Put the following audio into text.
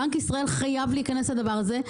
בנק ישראל חייב להיכנס לדבר הזה.